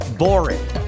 boring